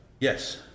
yes